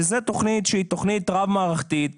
זה תוכנית שהיא תוכנית רב-מערכתית.